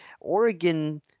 Oregon